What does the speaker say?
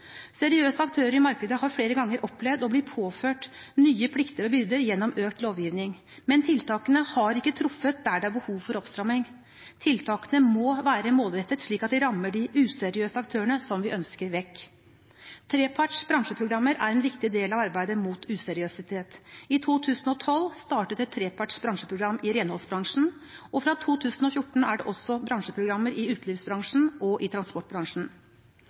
Seriøse aktører i markedet har flere ganger opplevd å bli påført nye plikter og byrder gjennom økt lovgivning, men tiltakene har ikke truffet der det er behov for oppstramming. Tiltakene må være målrettet slik at det rammer de useriøse aktørene, som vi ønsker vekk. Treparts bransjeprogrammer er en viktig del av arbeidet mot useriøsitet. I 2012 startet et treparts bransjeprogram i renholdsbransjen, og fra 2014 er det også bransjeprogrammer i utelivsbransjen og i transportbransjen.